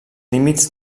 límits